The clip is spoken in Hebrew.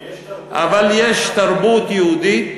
ויש תרבות, אבל יש תרבות יהודית,